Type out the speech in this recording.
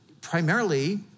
primarily